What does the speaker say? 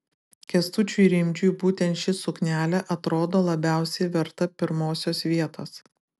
kęstučiui rimdžiui būtent ši suknelė atrodė labiausiai verta pirmosios vietos